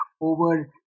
over